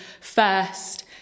first